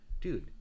dude